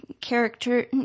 Character